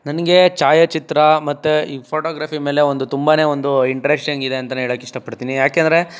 ನನಗೆ ಛಾಯಾಚಿತ್ರ ಮತ್ತೆ ಈ ಫೋಟೊಗ್ರಫಿ ಮೇಲೆ ಒಂದು ತುಂಬನೇ ಒಂದು ಇಂಟ್ರೆಷ್ಟಿಂಗ್ ಇದೆ ಅಂತನೇ ಹೇಳೋಕ್ಕೆ ಇಷ್ಟಪಡ್ತೀನಿ ಯಾಕೆಂದರೆ